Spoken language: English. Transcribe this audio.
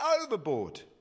overboard